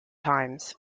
times